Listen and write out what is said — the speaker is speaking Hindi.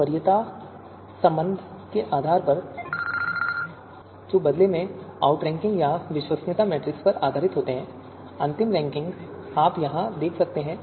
तो वरीयता संबंध के आधार पर जो बदले में आउटरैंकिंग या विश्वसनीयता मैट्रिक्स पर आधारित होते हैं अंतिम रैंकिंग आप यहां देख सकते हैं